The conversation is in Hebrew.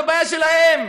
זו בעיה שלהם.